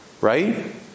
right